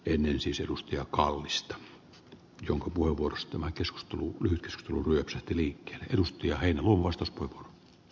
ennen siis edusta ja kyllä tämä päästökauppaesitys lentoliikenteen osalta on yksi esimerkki siitä